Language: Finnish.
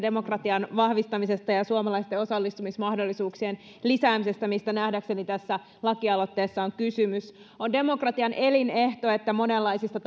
demokratian vahvistamisesta ja ja suomalaisten osallistumismahdollisuuksien lisäämisestä mistä nähdäkseni tässä lakialoitteessa on kysymys on demokratian elinehto että monenlaisista